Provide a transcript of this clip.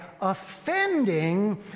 offending